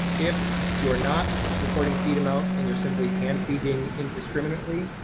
if you're not recording feed amount and you're simply hand-feeding indiscriminately,